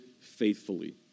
faithfully